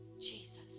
Jesus